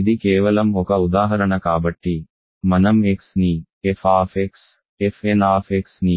ఇది కేవలం ఒక ఉదాహరణ కాబట్టి మనం xని f fn ని